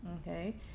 okay